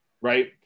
right